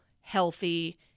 healthy